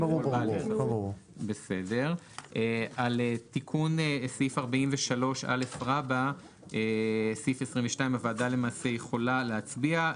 על תיקון סעיף 43א הוועדה יכולה להצביע.